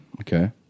okay